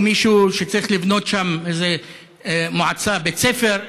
שמישהו צריך לבנות שם מועצה או בית ספר,